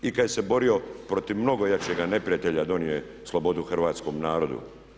I kad se borio protiv mnogo jačega neprijatelja donio je slobodu hrvatskom narodu.